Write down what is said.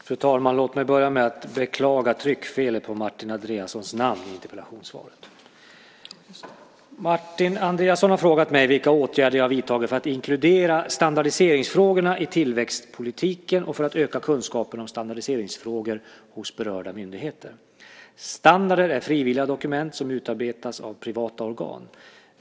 Fru talman! Martin Andreasson har frågat mig vilka åtgärder jag har vidtagit för att inkludera standardiseringsfrågorna i tillväxtpolitiken och för att öka kunskapen om standardiseringsfrågor hos berörda myndigheter. Standarder är frivilliga dokument som utarbetas av privata organ.